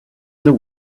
other